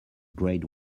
grade